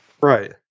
right